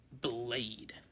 blade